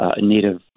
native